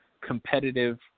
competitive